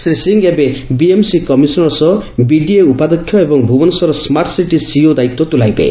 ଶ୍ରୀ ସିଂହ ଏବେ BMC commissioner ସହ BDA ଉପାଧ୍ଧକ୍ଷ ଏବଂ ଭୁବନେଶ୍ୱର ସ୍ନାର୍ଟ ସିଟି ସିଇଓ ଦାୟିତ୍ୱ ତୁଲାଇବେ